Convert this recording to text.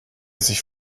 sich